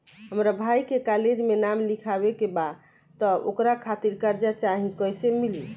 हमरा भाई के कॉलेज मे नाम लिखावे के बा त ओकरा खातिर कर्जा चाही कैसे मिली?